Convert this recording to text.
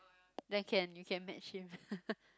then can you can match him